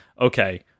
okay